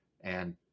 and-